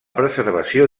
preservació